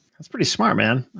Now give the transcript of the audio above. that's pretty smart, man,